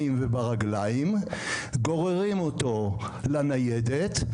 גוררים אותו לניידת.